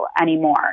anymore